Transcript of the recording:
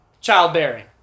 childbearing